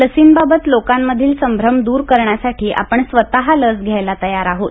लसींबाबत लोकांमधील संभ्रम दूर करण्यासाठी आपण स्वतः लस घ्यायला तयार आहोत